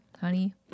honey